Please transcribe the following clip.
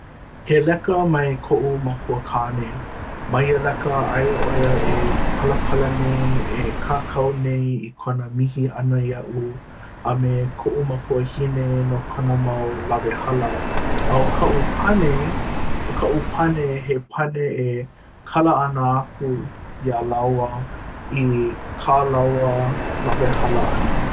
he leka mai koʻu makuakāne ma ia leka aia ʻo ia e palapala nei e kākau nei i kona mihi ʻana iaʻu a me koʻu makuahine no kona mau lawehala a ʻo kaʻu pane ʻo kaʻu pane he pane e kala ana aku iā lāua i kā lāua lawehala ʻana.